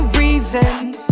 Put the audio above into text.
reasons